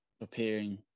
preparing